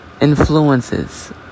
influences